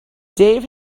dave